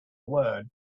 word